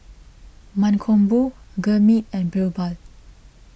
Mankombu Gurmeet and Birbal